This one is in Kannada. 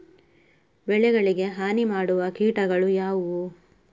ಬೆಳೆಗಳಿಗೆ ಹಾನಿ ಮಾಡುವ ಕೀಟಗಳು ಯಾವುವು?